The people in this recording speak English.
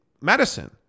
medicine